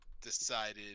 decided